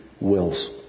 wills